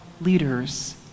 leaders